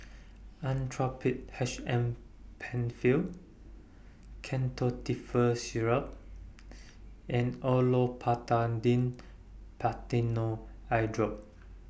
Actrapid H M PenFill Ketotifen Syrup and Olopatadine Eyedrop